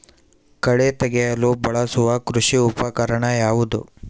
ಕಳೆ ತೆಗೆಯಲು ಬಳಸುವ ಕೃಷಿ ಉಪಕರಣ ಯಾವುದು?